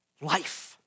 life